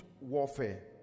warfare